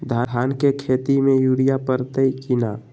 धान के खेती में यूरिया परतइ कि न?